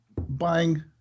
buying